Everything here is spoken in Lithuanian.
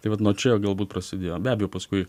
tai vat nuo čia galbūt prasidėjo be abejo paskui